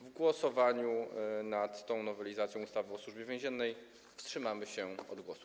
W głosowaniu nad tą nowelizacją ustawy o Służbie Więziennej wstrzymamy się od głosu.